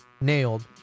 nailed